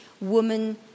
women